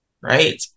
Right